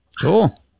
Cool